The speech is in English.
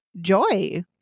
joy